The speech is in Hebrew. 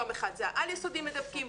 יום אחד זה העל-יסודי מדבקים.